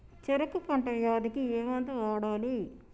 చెరుకు పంట వ్యాధి కి ఏ మందు వాడాలి?